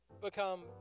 become